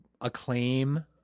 acclaim